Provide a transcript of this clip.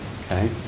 Okay